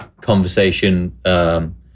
conversation